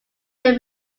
their